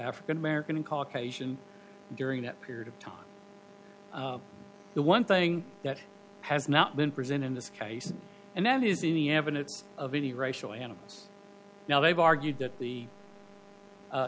african american and caucasian during that period of time the one thing that has not been present in this case and that is any evidence of any racial animals now they've argued that the